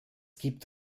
gibt